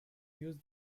use